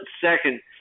second